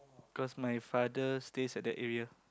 cause my father stays at that area